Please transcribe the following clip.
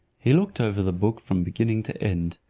he looked over the book from beginning to end.